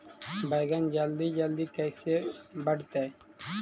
बैगन जल्दी जल्दी कैसे बढ़तै?